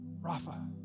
Rafa